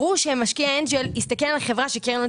ברור שמשקיע אנג'ל יסתכל על החברה שקרן הון